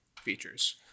features